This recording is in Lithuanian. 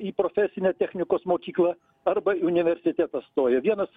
į profesinę technikos mokyklą arba į universitetą stoja vienas